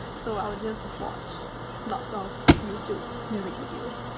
so, i would just watch lots of youtube music videos.